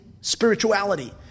spirituality